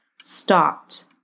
stopped